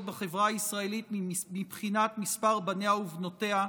בחברה הישראלית מבחינת מספר בניה ובנותיה,